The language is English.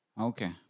Okay